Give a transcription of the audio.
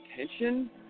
attention